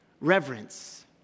reverence